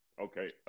okay